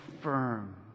firm